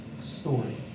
story